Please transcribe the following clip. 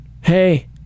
Hey